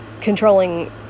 controlling